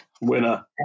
winner